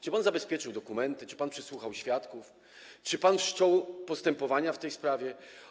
Czy pan zabezpieczył dokumenty, czy pan przesłuchał świadków, czy pan wszczął postępowania w tej sprawie?